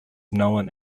known